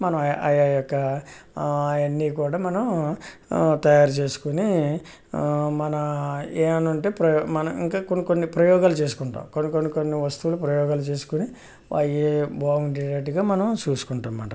మనం ఆ యొక్క ఆయన్ని కూడా మనం తయారు చేసుకుని మన ఏమన్నా ఉంటే ప్రయో ఇంకా కొన్ని కొన్ని ప్రయోగాలు చేసుకుంటాం కొన్ని కొన్ని కొన్ని వస్తువులు ప్రయోగాలు చేసుకుని అవి బాగుండేటట్టుగా మనం చూసుకుంటామన్నమాట